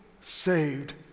saved